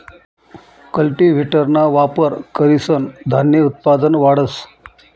कल्टीव्हेटरना वापर करीसन धान्य उत्पादन वाढस